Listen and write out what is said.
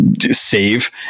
save